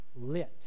lit